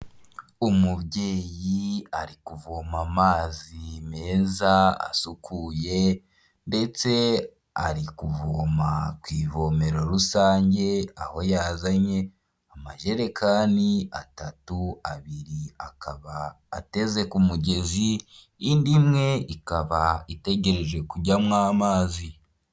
Umubyeyi ari kuvoma amazi meza asukuye ndetse ari kuvoma ku ivomero rusange aho yazanye amajerekani atatu abiri akaba ateze ku mugezi indi imwe ikaba itegereje kujyanywamo amazi.